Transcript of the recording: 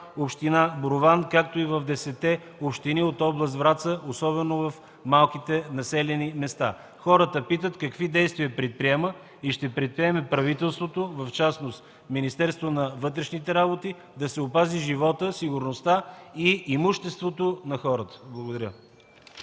община Борован, както и в десетте общини от област Враца, особено в малките населени места? Хората питат какви действия предприема и ще предприеме правителството, в частност Министерство на вътрешните работи, за да се опази животът, сигурността и имуществото на хората. Благодаря.